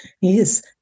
Yes